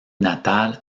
natal